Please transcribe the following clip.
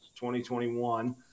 2021